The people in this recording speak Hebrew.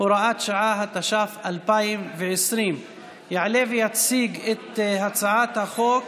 (הוראת שעה), התש"ף 2020. יעלה ויציג את הצעת החוק